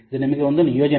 ಇದು ನಿಮಗೆ ಒಂದು ನಿಯೋಜನೆ